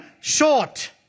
short